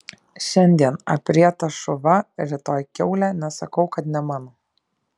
šiandien aprietas šuva rytoj kiaulė nesakau kad ne mano